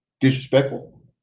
disrespectful